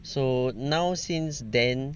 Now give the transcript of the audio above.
so now since then